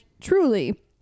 truly